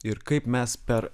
ir kaip mes per